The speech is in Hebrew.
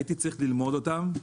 הייתי צריך ללמוד אותם,